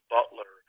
Butler